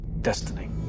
Destiny